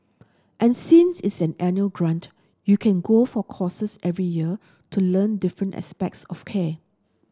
and since it's an annual grant you can go for courses every year to learn different aspects of care